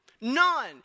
None